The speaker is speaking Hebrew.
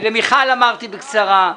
גם למיכל אמרתי בקצרה.